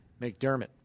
McDermott